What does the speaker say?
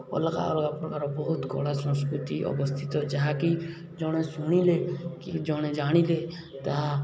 ଅଲଗା ଅଲଗା ପ୍ରକାର ବହୁତ କଳା ସଂସ୍କୃତି ଅବସ୍ଥିତ ଯାହାକି ଜଣେ ଶୁଣିଲେ କି ଜଣେ ଜାଣିଲେ ତାହା